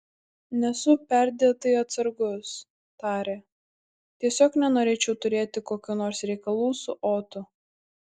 nesu perdėtai atsargus tarė tiesiog nenorėčiau turėti kokių nors reikalų su otu